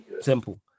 Simple